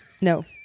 No